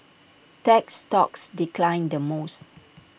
tech stocks declined the most